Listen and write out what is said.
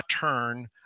turn